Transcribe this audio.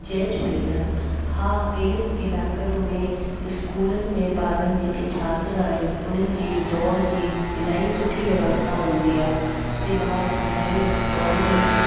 जय झूलेलाल हा इन्हनि इलाइकनि में स्कूलन में ॿारनि जेके छात्र आहिनि उन्हनि जी दौड़ बि इलाही सुठी व्यवस्था हूंदी आहे ते ॿार इलाही दौड़ बि